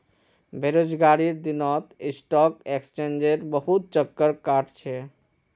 बेरोजगारीर दिनत स्टॉक एक्सचेंजेर बहुत चक्कर काट छ